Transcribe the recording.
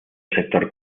sector